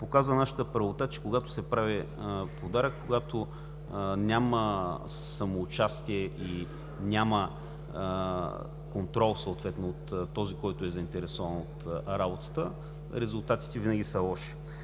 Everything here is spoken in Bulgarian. показва нашата правота, че когато се прави подарък, когато няма самоучастие и контрол съответно от този, който е заинтересован от работата, резултатите винаги са лоши.